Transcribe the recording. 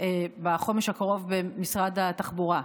בחומש הקרוב במשרד התחבורה.